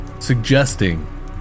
suggesting